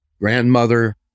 grandmother